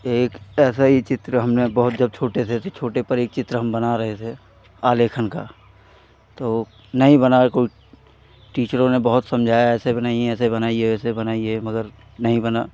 एक ऐसा ही चित्र हमने बहुत जब छोटे थे तो छोटे पर एक चित्र हम बना रहे थे आलेखन का तो नहीं बना कई टीचरों ने बहुत समझाया ऐसे बनाइए ऐसे बनाइए वैसे बनाइए मगर नहीं बना